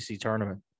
tournament